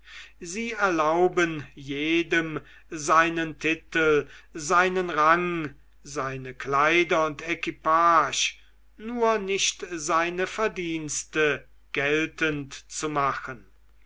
sie erlauben jedem seinen titel seinen rang seine kleider und equipage nur nicht seine verdienste geltend zu machen